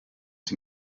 sie